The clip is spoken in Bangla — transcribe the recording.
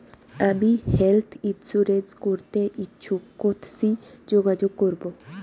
আমি হেলথ ইন্সুরেন্স করতে ইচ্ছুক কথসি যোগাযোগ করবো?